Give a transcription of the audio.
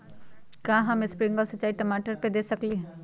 का हम स्प्रिंकल सिंचाई टमाटर पर दे सकली ह?